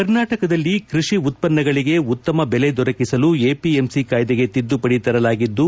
ಕ್ಷಷಿ ಉತ್ತನ್ನಗಳಿಗೆ ಉತ್ತಮ ಬೆಲೆ ದೊರಕಿಸಲು ಎಪಿಎಂಸಿ ಕಾಯ್ದೆಗೆ ತಿದ್ದುಪಡಿ ತರಲಾಗಿದ್ದು